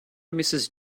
mrs